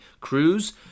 Cruz